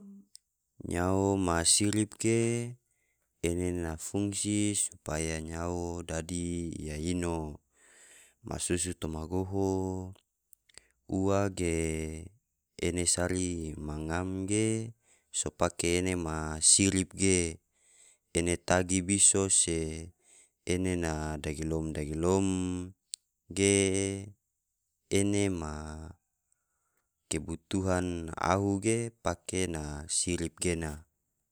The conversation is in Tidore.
nyao ma sirip ge ene na fungsi supaya nyao dadi iya ino, masusu toma goho ua ge ene sari ma ngam ge so pake ene ma sirip ge. Ene tagi biso se ene na dagilom-dagilom ge ene ma kebutuhan ahu ge pake na sirip gena.